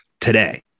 today